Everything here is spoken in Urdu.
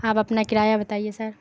آپ اپنا کرایہ بتائیے سر